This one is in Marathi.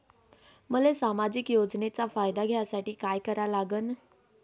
मले सामाजिक योजनेचा फायदा घ्यासाठी काय करा लागन?